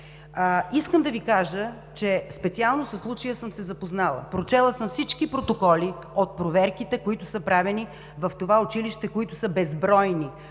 Искам да Ви кажа, че специално съм се запознала със случая, прочела съм всички протоколи от проверките, които са правени в това училище, които са безбройни